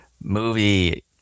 movie